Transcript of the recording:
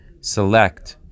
select